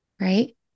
right